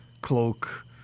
cloak